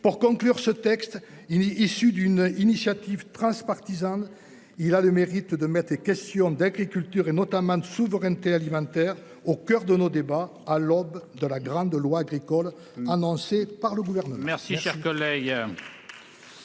pour conclure ce texte il issu d'une initiative transpartisane. Il a le mérite de mettre les questions d'agriculture et notamment de souveraineté alimentaire au coeur de nos débats, à l'aube de la grande loi agricole annoncé par le gouvernement.